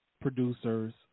Producers